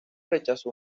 rechazó